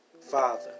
Father